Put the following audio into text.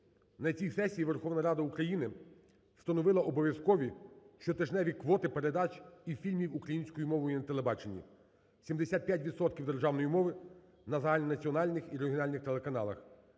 На цій сесії Верховна Рада України встановила обов'язкові щотижневі квоти передач і фільмів українською мовою на телебаченні: 75 відсотків державної мови – на загальнонаціональних і регіональних телеканалах,